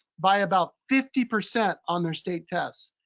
by about fifty percent on their state test.